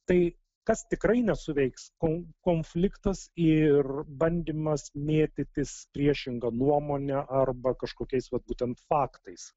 tai kas tikrai nesuveiks kon konfliktas ir bandymas mėtytis priešinga nuomone arba kažkokiais vat būtent faktais